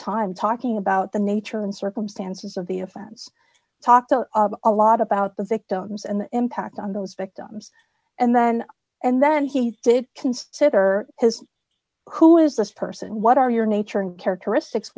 time talking about the nature and circumstances of the offense talked a lot about the victims and the impact on those victims and then and then he's to consider his who is this person what are your nature and characteristics